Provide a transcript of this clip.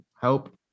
help